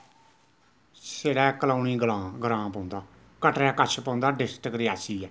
सिरै कलोनी ग्रां ग्रां पौंदा कटरै कच्छ पौंदा डिस्ट्रिक रेआसी ऐ